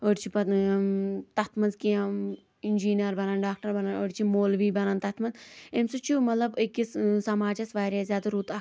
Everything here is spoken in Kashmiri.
أڑۍ چھِ پتہٕ تتھ منٛز کینٛہہ اِنجیٖنر بنان ڈاکٹر بنان أڑۍ چھِ مولوی بنان تتھ منٛز امہِ سۭتۍ چھُ اکِس سماجس واریاہ زیادٕ اکھ